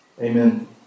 Amen